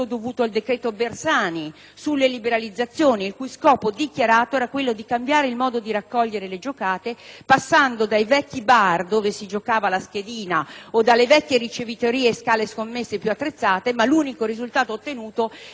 di raccogliere le giocate passando dai vecchi bar dove si giocava la schedina o dalle vecchie ricevitorie a sale scommesse più attrezzate, ma l'unico risultato ottenuto è stato quello di far passare da 20.000 a 6.000 i punti vendita per le scommesse.